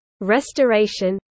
Restoration